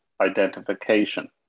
identification